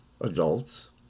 adults